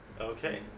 Okay